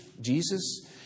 Jesus